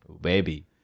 Baby